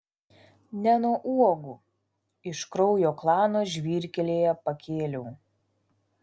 ne nuo uogų iš kraujo klano žvyrkelyje pakėliau